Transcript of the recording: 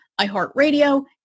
iHeartRadio